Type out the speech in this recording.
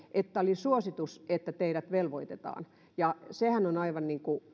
että oli suositus että teidät velvoitetaan ja sehän on aivan